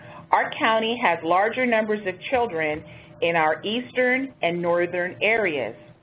our county has larger numbers of children in our eastern and northern areas.